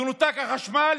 כשינותק החשמל,